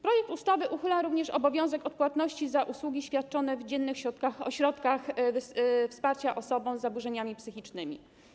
Projekt ustawy uchyla również obowiązek odpłatności za usługi świadczone w dziennych ośrodkach wsparcia osób z zaburzeniami psychicznymi.